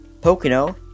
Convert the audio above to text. Pocono